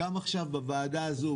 גם עכשיו בוועדה הזאת,